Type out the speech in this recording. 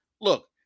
Look